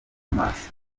maso